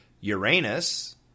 Uranus